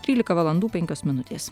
trylika valandų penkios minutės